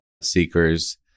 seekers